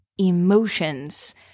emotions